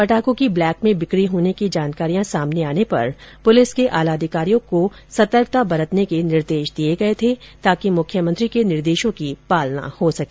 पटाखों की ब्लैक में बिक्री होने की जानकारियां सामने आने पर पुलिस के आलाधिकारियों को सतर्कता बरतने के निर्देश दिए गए थे ताकि मुख्यमंत्री के निर्देशों की पालना हो सके